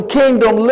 kingdom